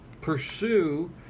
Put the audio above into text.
pursue